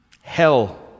Hell